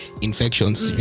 infections